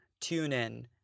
TuneIn